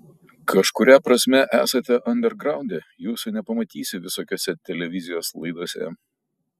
kažkuria prasme esate andergraunde jūsų nepamatysi visokiose televizijos laidose